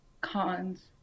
cons